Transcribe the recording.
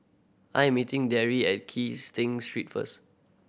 I'm meeting Darry at Kee Sting Street first